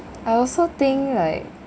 I also think like